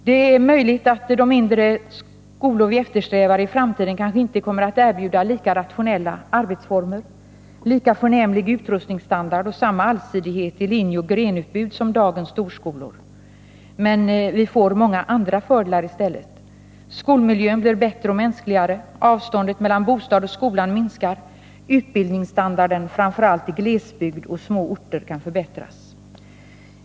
Det är möjligt att de mindre skolor vi eftersträvar i framtiden inte kommer att erbjuda lika rationella arbetsformer, lika förnämlig utrustningsstandard och samma allsidighet i linjeoch grenutbud som dagens storskolor. Men vi får många andra fördelar i stället. Skolmiljön blir bättre och mänskligare, avståndet mellan bostad och skola minskar, utbildningsstandarden framför allt i glesbygd och små orter kan förbättras.